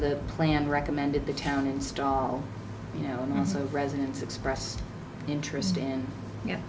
the plan recommended the town install you know and also residents expressed interest in